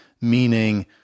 Meaning